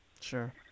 Sure